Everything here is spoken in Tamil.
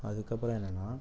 அதுக்கப்புறம் என்னன்னா